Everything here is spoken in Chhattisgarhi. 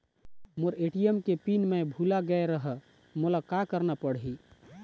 मोर ए.टी.एम के पिन मैं भुला गैर ह, मोला का करना पढ़ही?